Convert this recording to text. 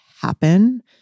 happen